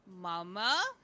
Mama